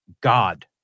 God